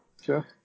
sure